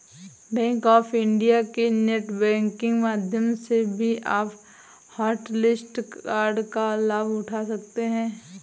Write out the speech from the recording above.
bank of India के net banking माध्यम से भी आप हॉटलिस्ट कार्ड का लाभ उठा सकते हैं